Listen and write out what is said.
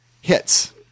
hits